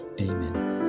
Amen